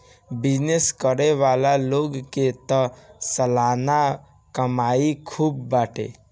business करे वाला लोग के तअ सलाना कमाई खूब बाटे